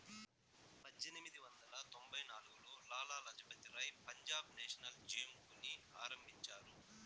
పజ్జేనిమిది వందల తొంభై నాల్గులో లాల లజపతి రాయ్ పంజాబ్ నేషనల్ బేంకుని ఆరంభించారు